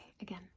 again